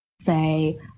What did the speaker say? say